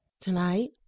Tonight